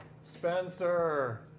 Spencer